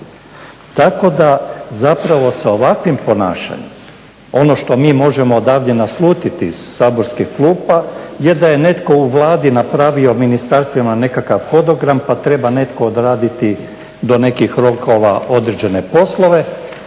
Tako da zapravo sa ovakvim ponašanjem ono što mi možemo odavde naslutiti iz saborskih klupa je da je netko u Vladi napravio ministarstvima nekakav hodogram pa treba netko odraditi do nekih rokova određene poslove.